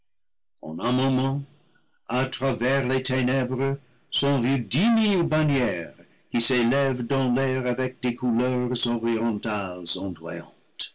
en un moment à travers les ténèbres sont vues dix mille bannières qui s'élèvent dans l'air avec des couleurs orientales